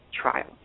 trial